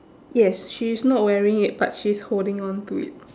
yes she's not wearing it but she's holding on to it